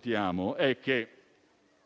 stiamo